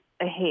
ahead